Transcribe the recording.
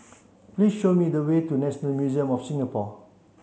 please show me the way to National Museum of Singapore